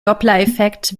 dopplereffekt